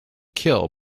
kill